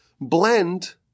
blend